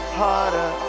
harder